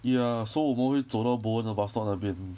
ya so 我们会走到 bowen 的 bus stop 那边